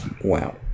wow